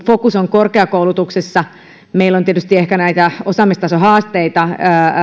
fokus korkeakoulutuksessa meillä on tietysti ehkä näitä osaamistasohaasteita